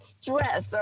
stress